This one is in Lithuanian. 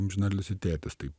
amžinatilsį tėtis taip